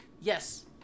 yes